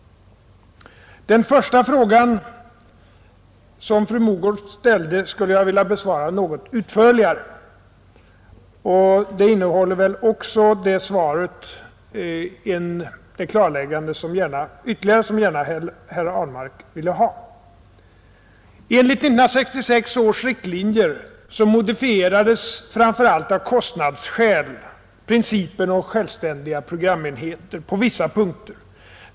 Den första fråga som fru Mogård ställde skulle jag vilja besvara något utförligare. Det svaret innehåller också det ytterligare klarläggande som herr Ahlmark ville ha. Enligt 1966 års riktlinjer modifierades på vissa punkter, framför allt av kostnadsskäl, principen om självständiga programenheter.